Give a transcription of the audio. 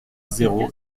zéro